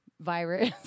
virus